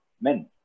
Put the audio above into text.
men